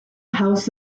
house